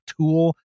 tool